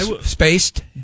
spaced